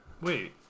Wait